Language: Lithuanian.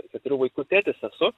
keturių vaikų tėtis esu